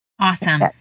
Awesome